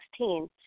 2016